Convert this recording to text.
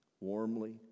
warmly